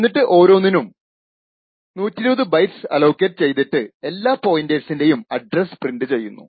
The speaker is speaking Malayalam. എന്നിട്ട് ഓരോന്നിനും 120 ബൈറ്റ്സ് അലൊക്കേറ്റ് ചെയ്തിട്ട് എല്ലാ പോയിന്ററിന്റേയും അഡ്രസ്സ് പ്രിൻറ് ചെയ്യുന്നു